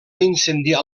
incendiar